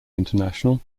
international